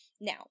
Now